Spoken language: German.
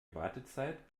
wartezeit